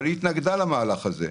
אבל היא התנגדה למהלך הזה.